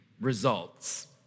results